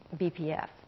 BPF